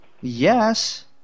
Yes